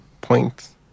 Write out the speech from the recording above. points